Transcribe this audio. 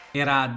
era